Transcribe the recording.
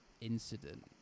incident